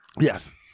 Yes